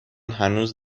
هنوز